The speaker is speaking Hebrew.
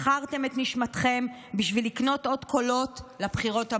מכרתם את נשמתכם בשביל לקנות עוד קולות לבחירות הבאות.